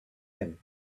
him